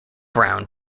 brown